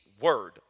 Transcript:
word